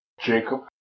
Jacob